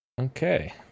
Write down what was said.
Okay